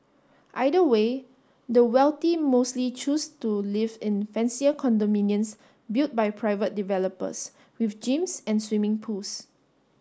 either way the wealthy mostly choose to live in fancier condominiums built by private developers with gyms and swimming pools